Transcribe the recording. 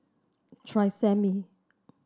tresemme